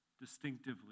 Distinctively